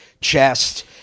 chest